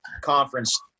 conference